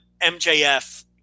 MJF